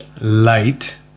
light